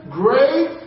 great